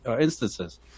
instances